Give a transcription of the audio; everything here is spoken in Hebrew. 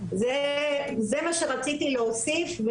זה מה שרציתי להוסיף,